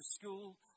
school